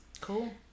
cool